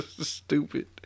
Stupid